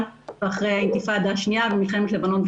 ואחרי האינתיפאדה השנייה ומלחמת לבנון השנייה,